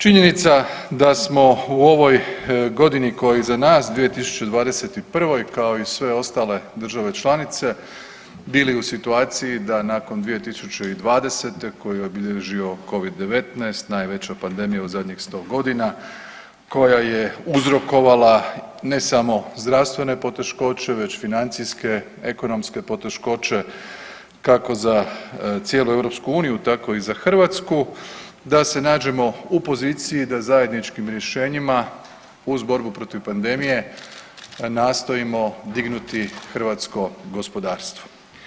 Činjenica da smo u ovoj godini koja je iza nas 2021., kao i sve ostale države članice bili u situaciji da nakon 2020. koju je obilježio Covid-19 najveća pandemija u zadnjih 100.g. koja je uzrokovala ne samo zdravstvene poteškoće već financijske, ekonomske poteškoće, kako za cijelu EU tako i za Hrvatsku da se nađemo u poziciji da zajedničkim rješenjima uz borbu protiv pandemije nastojimo dignuti hrvatsko gospodarstvo.